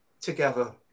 together